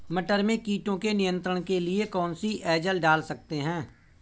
मटर में कीटों के नियंत्रण के लिए कौन सी एजल डाल सकते हैं?